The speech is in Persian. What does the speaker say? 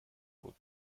بود